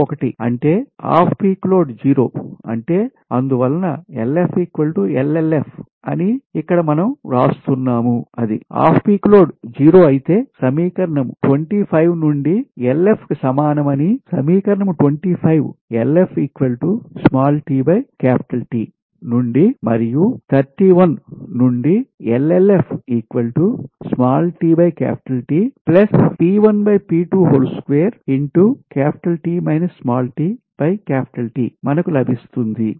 అంటే off peak load 0 అంటే ఆందువలన అని ఇక్కడ మనం వ్రాస్తున్నాం అది ఆఫ్ పీక్ లోడ్ 0 అయితే సమీకరణం 25 నుండి LF కి సమానమని సమీకరణం 25 నుండి మరియు 31 నుండి మనకు లభిస్తుంది